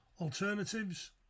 Alternatives